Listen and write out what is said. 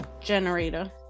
generator